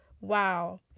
wow